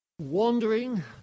wandering